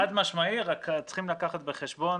חד משמעי, רק צריכים לקחת בחשבון,